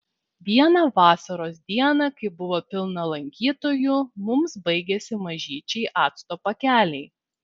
vieną vasaros dieną kai buvo pilna lankytojų mums baigėsi mažyčiai acto pakeliai